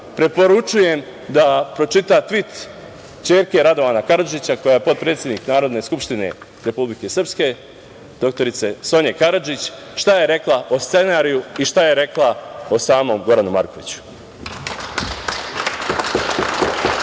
preporučujem da pročita tvit ćerke Radovana Karadžića, koja je potpredsednik Narodne Skupštine Republike Srpske, dr. Sonje Karadžić, šta je rekla o scenariju i šta je rekla o samom Goranu Markoviću.